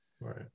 Right